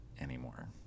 anymore